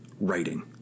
writing